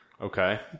Okay